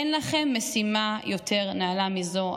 אין לכם משימה יותר נעלה מזו.